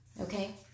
okay